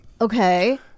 Okay